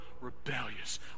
rebellious